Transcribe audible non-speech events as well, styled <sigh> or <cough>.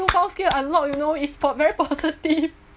found skill unlock you know it's po~ very positive <laughs>